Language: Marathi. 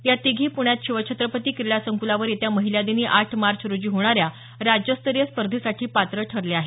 या तिघी प्ण्यात शिवछत्रपती क्रीडा संकुलावर येत्या महिला दिनी आठ मार्च रोजी होणाऱ्या राज्यस्तरीय स्पर्धेसाठी पात्र ठरल्या आहेत